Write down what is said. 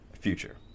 future